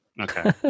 Okay